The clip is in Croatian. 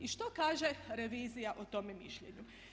I što kaže revizija o tome mišljenju?